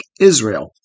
Israel